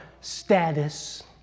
status